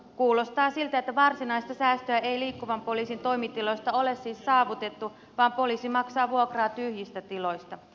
kuulostaa siltä että varsinaista säästöä ei liikkuvan poliisin toimitiloista ole siis saavutettu vaan poliisi maksaa vuokraa tyhjistä tiloista